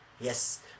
Yes